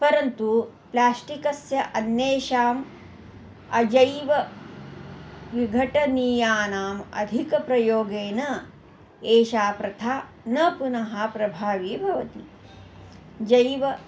परन्तु प्लास्टिकस्य अन्येषाम् अजैवविघटनीयानाम् अधिकप्रयोगेन एषा प्रथा न पुनः प्रभावी भवति जैव